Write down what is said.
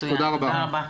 תודה רבה.